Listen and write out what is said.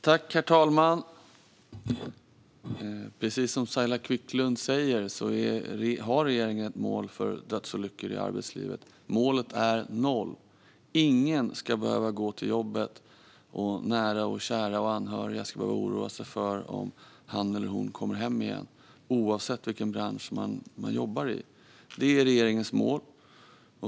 Fru talman! Precis som Saila Quicklund säger har regeringen ett mål när det gäller dödsolyckor i arbetslivet. Målet är noll. Ingen ska behöva gå till jobbet och oroa sig för om man kommer hem igen, oavsett vilken bransch man jobbar i. Nära, kära och anhöriga ska inte heller behöva oroa sig. Det är regeringens mål.